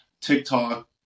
TikTok